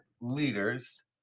leaders